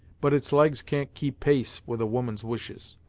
but its legs can't keep pace with a woman's wishes.